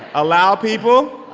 allow people.